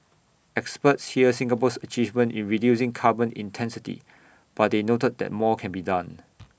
experts hailed Singapore's achievement in reducing carbon intensity but they noted that more can be done